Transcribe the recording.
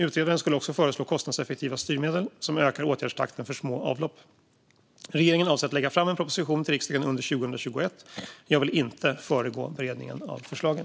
Utredaren skulle också föreslå kostnadseffektiva styrmedel som ökar åtgärdstakten för små avlopp. Regeringen avser att lägga fram en proposition till riksdagen under 2021. Jag vill inte föregå beredningen av förslagen.